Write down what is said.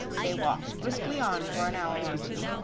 they walked briskly on for an hour or two,